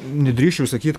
nedrįsčiau sakyt